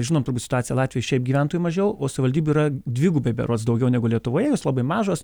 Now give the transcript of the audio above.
žinom turbūt situaciją latvijoj šiaip gyventojų mažiau o savivaldybių yra dvigubai berods daugiau negu lietuvoje jos labai mažos